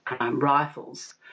rifles